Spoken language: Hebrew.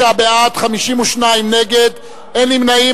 36, בעד, 52, נגד, אין נמנעים.